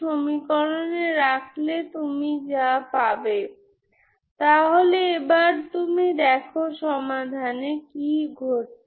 সুতরাং আমি ইতিমধ্যে ইগেনফাংশন্স আছে